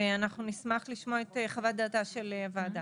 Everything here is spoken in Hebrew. ואנחנו נשמח לשמוע את חוות דעת של הוועדה.